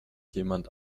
jemand